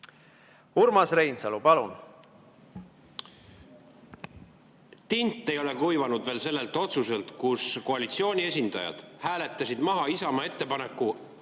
Urmas Reinsalu, palun! Tint ei ole veel kuivanud sellel otsusel, kus koalitsiooni esindajad hääletasid maha Isamaa ettepaneku